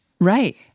Right